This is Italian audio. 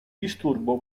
disturbo